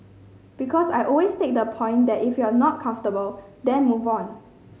because I always take the point that if you're not comfortable then move on